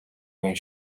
байна